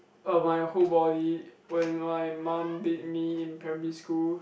uh my whole body when my mum beat me in primary school